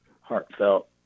Heartfelt